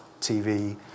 TV